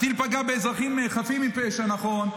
הטיל פגע באזרחים חפים מפשע, נכון.